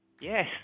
Yes